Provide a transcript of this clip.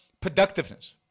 productiveness